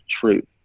truth